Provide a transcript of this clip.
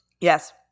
Yes